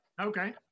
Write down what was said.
Okay